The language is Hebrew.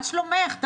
מה שלומך?